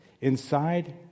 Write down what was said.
inside